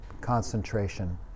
concentration